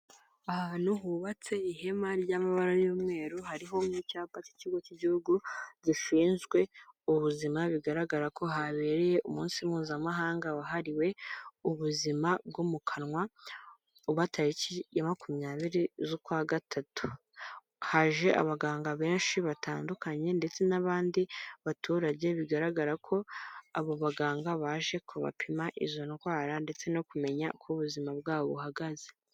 Ahantu hubatse ihema ry'amabara y'umweru hariho n'icyapa cy'ikigo cy'igihugu gishinzwe ubuzima, bigaragara ko habereye umunsi mpuzamahanga wahariwe ubuzima bwo mu kanwa uba tariki ya makumyabiri z'ukwa gatatu, haje abaganga benshi batandukanye ndetse n'abandi baturage bigaragara ko abo baganga baje kubapima izo ndwara ndetse no kumenya uko ubuzima bwabo buhagaze.